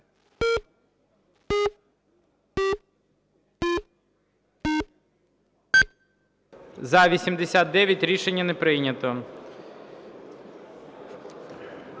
За-98 Рішення не прийнято.